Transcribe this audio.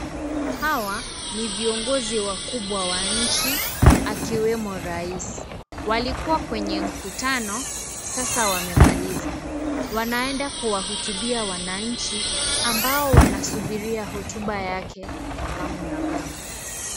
Hawa ni viongozi wakubwa wa nchi akiwemo rais. Walikuwa kwenye mkutano. Sasa wamemaliza. Wanaenda kuwahutubia wananchi ambao wanasubiria hotuba yake kwa hamu na ghamu.